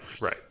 right